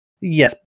Yes